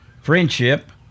Friendship